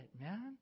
man